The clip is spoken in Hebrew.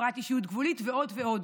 הפרעת אישיות גבולית ועוד ועוד.